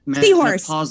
Seahorse